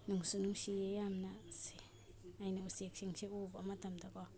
ꯅꯨꯡꯁꯨ ꯅꯨꯡꯁꯤꯌꯦ ꯌꯥꯝꯅ ꯑꯩꯅ ꯎꯆꯦꯛꯁꯤꯡꯁꯦ ꯎꯕ ꯃꯇꯝꯗꯀꯣ